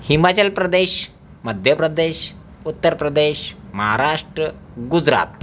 Himachal Pradesh Madhya Pradesh Uttar Pradesh Maharashtra Gujarat